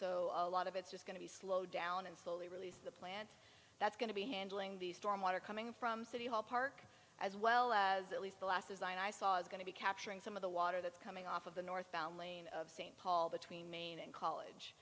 so a lot of it's just going to be slowed down and slowly release the plant that's going to be handling the storm water coming from city hall park as well as at least the last design i saw is going to be capturing some of the water that's coming off of the northbound lane of st paul between main and college